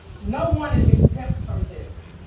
no one is exempt from this,